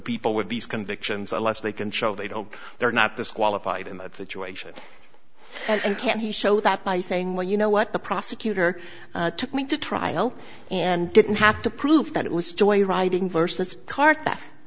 people with these convictions unless they can show they don't they're not disqualified in that situation and can he show that by saying well you know what the prosecutor took me to trial and didn't have to prove that it was joyriding versus car th